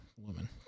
woman